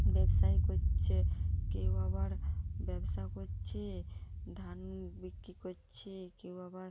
ব্যবসায়ী করছে কেউ আবার ব্যবসা করছে ধান বিক্রি করছে কেউ আবার